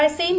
Raisen